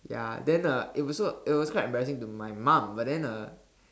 ya then uh it was also it was quite embarrassing to my mom but then uh